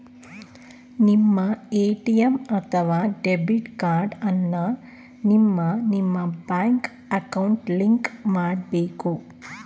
ನಿಮ್ಮ ಎ.ಟಿ.ಎಂ ಅಥವಾ debit card ಅನ್ನ ನಿಮ್ಮ ನಿಮ್ಮ ಬ್ಯಾಂಕ್ ಅಕೌಂಟ್ಗೆ ಲಿಂಕ್ ಮಾಡಬೇಕು